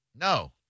No